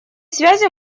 связи